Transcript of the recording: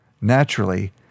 Naturally